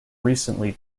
recently